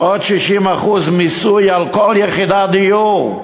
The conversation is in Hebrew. עוד 60% מס על כל יחידת דיור,